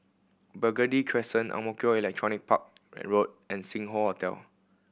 Burgundy Crescent Ang Mo Kio Electronics Park Road and Sing Hoe Hotel